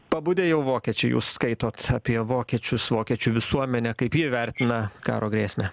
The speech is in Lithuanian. pabudę jau vokiečiai jūs skaitot apie vokiečius vokiečių visuomenę kaip jie vertina karo grėsmę